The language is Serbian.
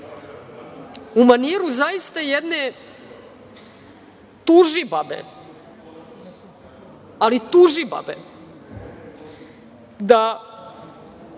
u maniru zaista jedne tužibabe, ali tužibabe da